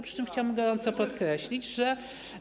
Przy czym chciałbym gorąco podkreślić, że.